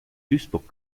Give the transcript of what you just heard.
duisburg